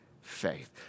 faith